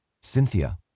Cynthia